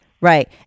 Right